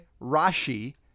Rashi